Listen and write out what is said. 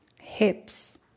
Hips